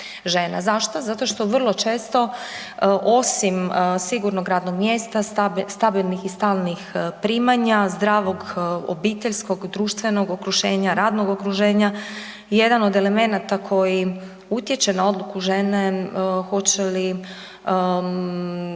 Zašto? Zašto što vrlo često osim sigurnog radnom mjesta, stabilnih i stalnih primanja, zdravog obiteljskog, društvenog okruženja, radnog okruženja, jedan od elemenata koji utječe na odluku žene hoće li rađati